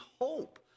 hope